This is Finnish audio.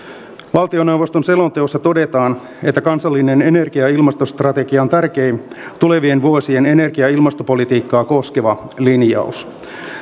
valtioneuvoston selonteossa todetaan että kansallinen energia ja ilmastostrategia on tärkein tulevien vuosien energia ja ilmastopolitiikkaa koskeva linjaus